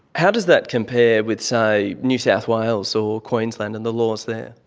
how does that compare with, say, new south wales or queensland and the laws there?